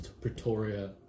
Pretoria